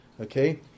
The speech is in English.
Okay